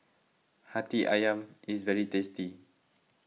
Hati Ayam is very tasty